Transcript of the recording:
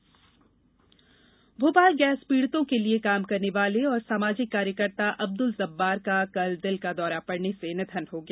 जब्बार निधन भोपाल गैस पीड़ितों के लिए काम करने वाले और सामाजिक कार्यकर्ता अब्दुल जब्बार का कल दिल का दौरा पड़ने से निधन हो गया